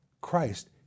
Christ